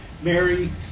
Mary